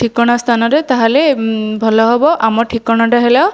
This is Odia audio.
ଠିକଣା ସ୍ଥାନରେ ତା'ହେଲେ ଭଲ ହବ ଆମ ଠିକଣାଟା ହେଲା